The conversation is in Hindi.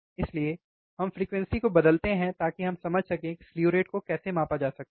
इसलिए हम फ्रीक्वेंसी को बदलते हैं ताकि हम समझ सकें कि इस स्लु रेट को कैसे मापा जा सकता है